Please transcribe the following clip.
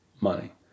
money